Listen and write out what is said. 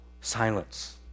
silence